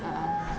(uh huh)